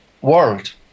world